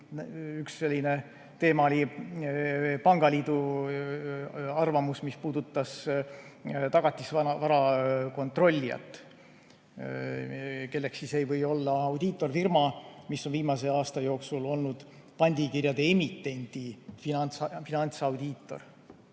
Üks selline teema oli pangaliidu arvamus, mis puudutas tagatisvara kontrollijat, kelleks ei või olla audiitorfirma, mis on viimase aasta jooksul olnud pandikirjade emitendi finantsaudiitor.